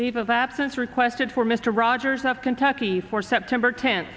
leave of absence requested for mr rogers of kentucky for september tenth